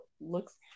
looks